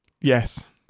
Yes